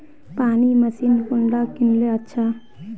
पानी मशीन कुंडा किनले अच्छा?